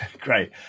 Great